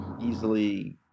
easily